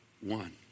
one